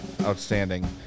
Outstanding